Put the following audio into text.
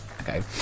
okay